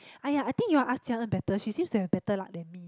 !aiya! I think you all ask Jia-Le better she seems to have better luck than me